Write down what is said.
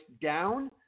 down